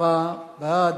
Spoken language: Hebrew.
ארבעה בעד.